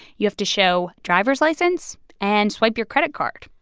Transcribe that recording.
you have to show driver's license and swipe your credit card.